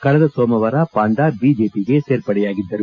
ಕಳೆದ ಸೋಮವಾರ ಪಾಂಡ ಬಿಜೆಪಿಗೆ ಸೇರ್ಪಡೆಯಾಗಿದ್ದರು